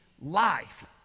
life